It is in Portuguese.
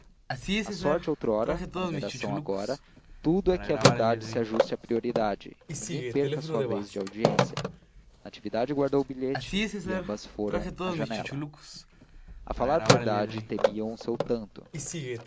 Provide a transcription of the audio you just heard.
a sorte outrora a numeração agora tudo é que a verdade se ajuste à prioridade e ninguém perca a sua vez de audiência natividade guardou o bilhete e ambas foram à janela a falar verdade temiam o seu tanto